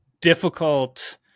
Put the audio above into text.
difficult